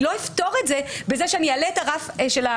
אני לא אפתור את זה בזה שאני אעלה את הרף המרבי.